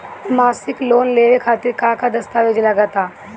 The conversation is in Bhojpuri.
मसीक लोन लेवे खातिर का का दास्तावेज लग ता?